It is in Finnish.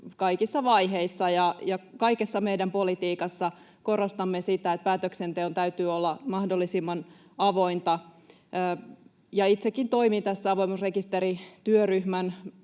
kaikissa vaiheissa, ja kaikessa meidän politiikassa korostamme sitä, että päätöksenteon täytyy olla mahdollisimman avointa. Itsekin toimin tässä avoimuusrekisterityöryhmän